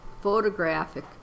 photographic